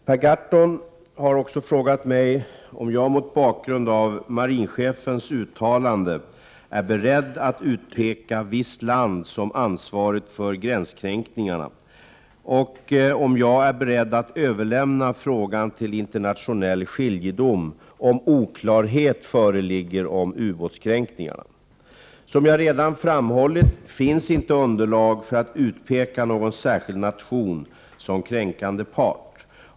Herr talman! Per Gahrton har frågat mig om jag mot bakgrund av marinchefens uttalande är beredd att utpeka visst land som ansvarigt för gränskränkningarna och om jag är beredd överlämna frågan till internationell skiljedom om oklarhet föreligger om ubåtskränkningarna. Som jag redan framhållit finns det inte underlag för att utpeka någon särskild nation som kränkande part.